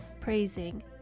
praising